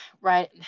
right